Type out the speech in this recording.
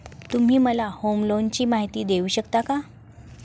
तुम्ही मला होम लोनची माहिती देऊ शकता का?